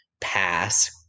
pass